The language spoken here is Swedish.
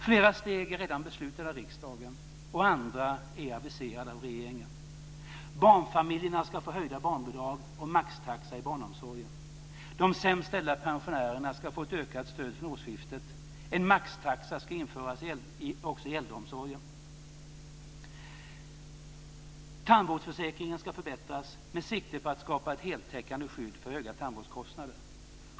Flera steg är redan beslutade av riksdagen och andra är aviserade av regeringen. Barnfamiljerna ska få höjda barnbidrag och maxtaxa i barnomsorgen. De sämst ställda pensionärerna ska få ett ökat stöd från årsskiftet. En maxtaxa ska införas också i äldreomsorgen. Tandvårdsförsäkringen ska förbättras med sikte på att skapa ett heltäckande skydd för höga tandvårdskostnader.